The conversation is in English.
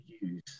use